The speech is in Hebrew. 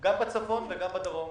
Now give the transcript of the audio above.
גם בצפון וגם בדרום.